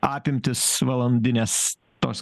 apimtys valandinės tos